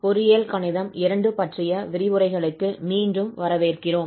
பொறியியல் கணிதம் II பற்றிய விரிவுரைகளுக்கு மீண்டும் வரவேற்கிறோம்